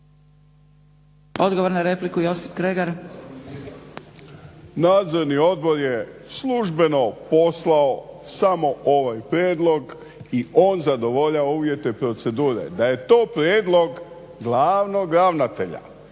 Nadzorni odbor je službeno poslao samo ovaj prijedlog i on zadovoljava uvjete procedure. Da je to prijedlog glavnog ravnatelja,